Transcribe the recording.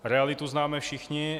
Realitu známe všichni.